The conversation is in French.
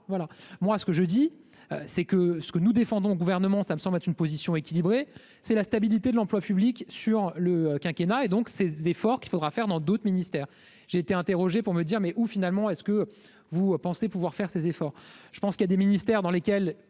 moi ce que je dis, c'est que ce que nous défendons, gouvernement, ça me semble être une position équilibrée, c'est la stabilité de l'emploi public sur le quinquennat et donc ses efforts qu'il faudra faire dans d'autres ministères, j'ai été interrogé pour me dire : mais où finalement est-ce que vous pensez pouvoir faire ses efforts, je pense qu'il y a des ministères dans lesquels